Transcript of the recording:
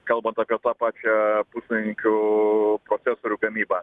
kalbant apie tą pačią puslaidininkių procesorių gamybą